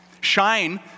Shine